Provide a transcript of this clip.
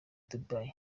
dubai